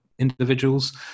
individuals